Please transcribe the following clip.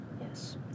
Yes